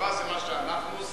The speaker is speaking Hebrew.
הסברה זה מה שאנחנו עושים,